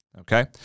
Okay